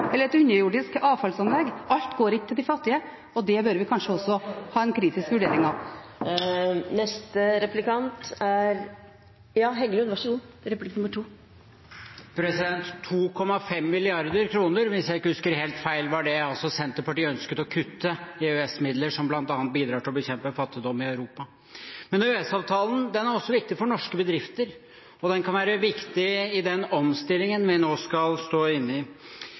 eller til et underjordisk avfallsanlegg – alt går ikke til de fattige, og det bør vi kanskje ha en kritisk vurdering til. 2,5 mrd. kr – hvis jeg ikke husker feil – var det Senterpartiet ønsket å kutte i EØS-midler, som bl.a. bidrar til å bekjempe fattigdom i Europa. Men EØS-avtalen er også viktig for norske bedrifter, og den kan være viktig i den omstillingen vi nå skal inn i.